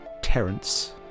Terence